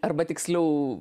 arba tiksliau